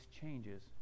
changes